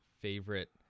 favorite